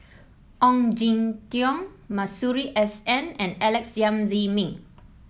Ong Jin Teong Masuri S N and Alex Yam Ziming